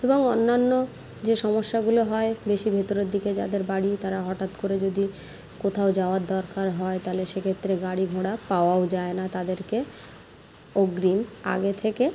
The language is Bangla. এবং অন্যান্য যে সমস্যাগুলো হয় বেশি ভেতরের দিকে যাদের বাড়ি তারা হঠাৎ করে যদি কোথাও যাওয়ার দরকার হয় তাহলে সেক্ষেত্রে গাড়ি ঘোড়া পাওয়াও যায় না তাদেরকে অগ্রিম আগে থেকে